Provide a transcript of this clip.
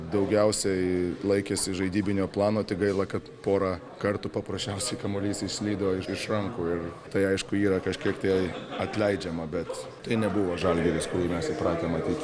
daugiausiai laikėsi žaidybinio plano tik gaila kad porą kartų paprasčiausiai kamuolys išslydo iš rankų ir tai aišku yra kažkiek tai atleidžiama bet tai nebuvo žalgiris kurį mes įpratę matyt